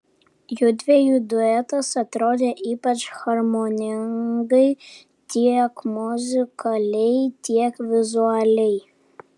judviejų duetas atrodė ypač harmoningai tiek muzikaliai tiek vizualiai